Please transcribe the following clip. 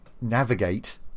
navigate